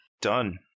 Done